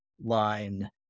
line